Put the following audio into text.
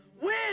Win